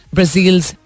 Brazil's